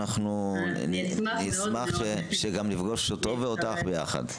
ואני אשמח שגם נפגוש אותו ואותך ביחד.